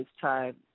time